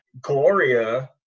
Gloria